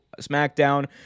SmackDown